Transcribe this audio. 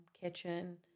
kitchen